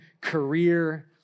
career